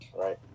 Right